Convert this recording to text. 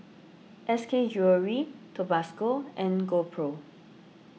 S K Jewellery Tabasco and GoPro